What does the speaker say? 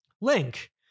link